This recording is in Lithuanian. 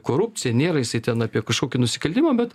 korupciją nėra jisai ten apie kažkokį nusikaltimą bet